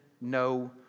no